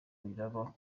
biraba